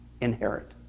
inherit